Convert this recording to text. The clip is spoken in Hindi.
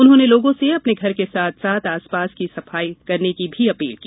उन्होंने लोगों से अपने घर के साथ साथ आस पास भी सफाई की अपील की